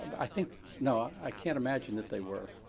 ah but i think, no, i can't imagine that they were.